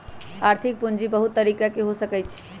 आर्थिक पूजी बहुत तरिका के हो सकइ छइ